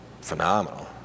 phenomenal